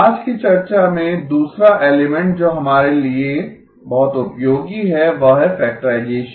आज की चर्चा में दूसरा एलिमेंट जो हमारे लिए बहुत उपयोगी है वह है फैक्टराइजेसन